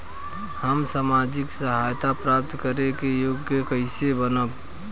हम सामाजिक सहायता प्राप्त करे के योग्य कइसे बनब?